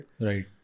Right